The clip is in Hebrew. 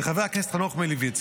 של חבר הכנסת חנוך מלביצקי,